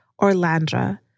Orlandra